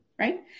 right